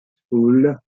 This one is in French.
school